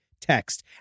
Text